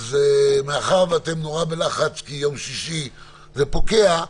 מאחר שאתם נורא בלחץ כי ביום שישי זה פוקע,